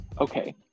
okay